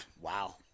Wow